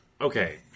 Okay